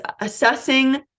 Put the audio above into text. assessing